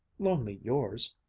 loan me yours.